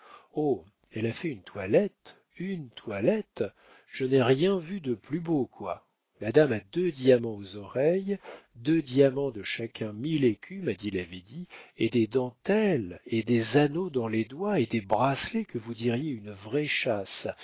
elle a fait une toilette une toilette je n'ai rien vu de plus beau quoi madame a deux diamants aux oreilles deux diamants de chacun mille écus m'a dit la védie et des dentelles et des anneaux dans les doigts et des bracelets que vous diriez une vraie châsse